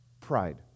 pride